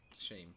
Shame